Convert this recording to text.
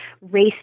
race